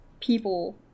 people